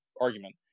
argument